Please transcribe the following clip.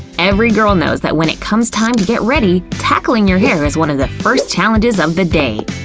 every girl knows that when it comes time to get ready, tackling your hair is one of the first challenges of the day.